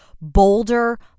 bolder